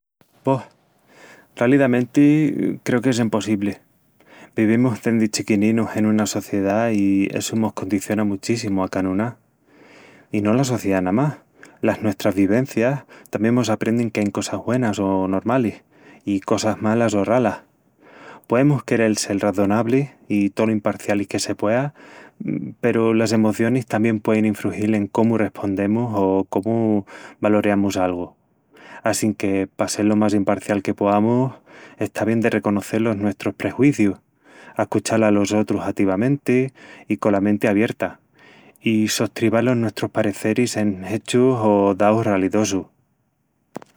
Boh... rálidamenti, creu qu'es empossibli. Vivimus dendi chiquininus en una sociedá i essu mos condiciona muchíssimu a canuná. I no la sociedá namás, las nuestras vivencias tamién mos aprendin que ain cosas güenas o normalis i cosas malas o ralas... Poemus querel sel razonablis i tolo imparcialis que se puea, peru las emocionis tamién puein infrugíl en cómu respondemus o cómu valoreamus algu. Assinque pa sel lo más imparcial que poamus, está bien de reconocel los nuestrus prejuízius, ascuchal alos otrus ativameti i cola menti abierta, i sostribal los nuestrus pareceris en hechus o daus ralidosus.